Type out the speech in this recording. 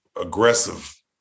aggressive